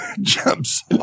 jumps